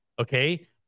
Okay